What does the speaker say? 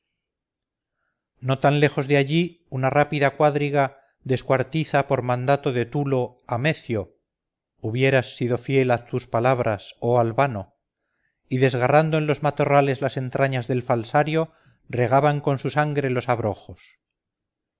no tan lejos de allí una rápida cuadriga descuartizaba por mandato de tulo a mecio hubieras sido fiel a tus palabras oh albano y desgarrando en los matorrales las entrañas del falsario regaban con su sangre los abrojos